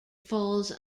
falls